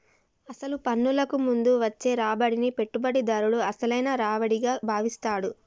అసలు పన్నులకు ముందు వచ్చే రాబడిని పెట్టుబడిదారుడు అసలైన రావిడిగా భావిస్తాడు